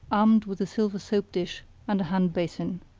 armed with a silver soap-dish and a hand-basin.